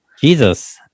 jesus